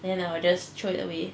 then I will just throw it away